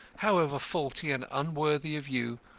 however faulty and unworthy of you,